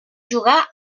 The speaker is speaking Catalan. jugà